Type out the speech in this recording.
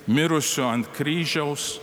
mirusiu ant kryžiaus